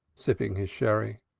sipping his sherry.